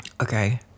Okay